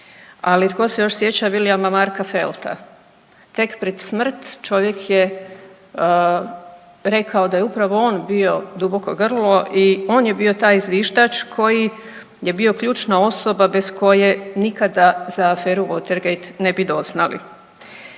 ali tko se još sjeća Williama Marka Felta? Tek pred smrt čovjek je rekao da je upravo on bio duboko grlo i on je bio taj zviždač koji je bio ključna osoba bez koje nikada za aferu Watergate ne bi doznali.